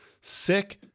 Sick